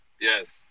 Yes